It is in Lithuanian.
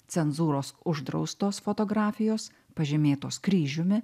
cenzūros uždraustos fotografijos pažymėtos kryžiumi